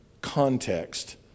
context